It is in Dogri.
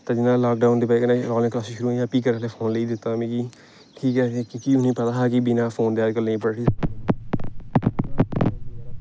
तंदू में लाकडाउन दी बजह कन्नै आनलाइन क्लासिस शुरू होइयां फ्ही घरा आह्ले फोन लेई दित्ता मिगी ठीक ऐ क्योंकि उ'नेंगी पता हा कि बिना फोन दे अज्जकल एह् नेईं पढ़ी सकदे